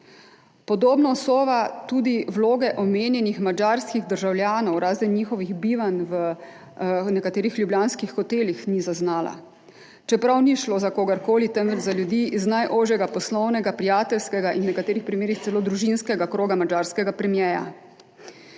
Podobno Sova tudi vloge omenjenih madžarskih državljanov, razen njihovih bivanj v nekaterih ljubljanskih hotelih, ni zaznala, čeprav ni šlo za kogarkoli, temveč za ljudi iz najožjega poslovnega, prijateljskega in v nekaterih primerih celo družinskega kroga madžarskega premierja.